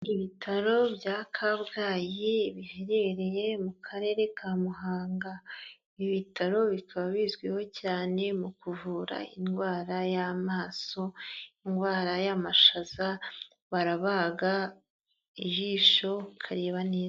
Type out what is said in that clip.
Ibitaro bya Kabgayi biherereye mu karere ka Muhanga, ibi bitaro bikaba bizwiho cyane mu kuvura indwara y'amaso, indwara y'amashaza, barabaga ijisho ukareba neza.